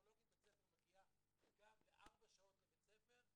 כשפסיכולוגית בית ספר מגיעה לארבע שעות לבית הספר,